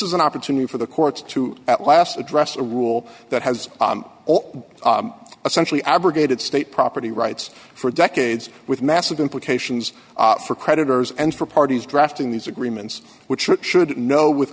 is an opportunity for the courts to at last address a rule that has all essentially abrogated state property rights for decades with massive implications for creditors and for parties drafting these agreements which should know with